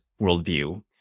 worldview